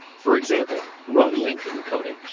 for example, run-length encoding,